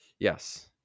yes